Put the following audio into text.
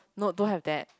no don't have that